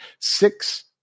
six